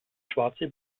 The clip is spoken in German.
schwarze